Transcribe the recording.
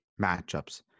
matchups